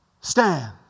Stand